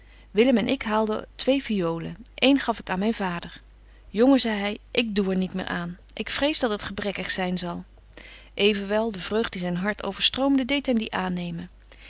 willem en ik haalden twee fiolen een gaf ik aan myn vader jongen zei hy ik doe er niet meer aan ik vrees dat het gebrekkig zyn zal evenwel de vreugd die zyn hart overstroomde deedt hem die aannemen